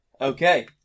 Okay